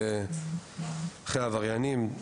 אחרי העבריינים.